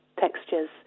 textures